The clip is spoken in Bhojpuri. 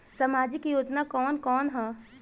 सामाजिक योजना कवन कवन ह?